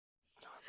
Stop